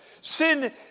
Sin